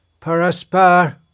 Paraspar